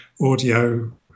audio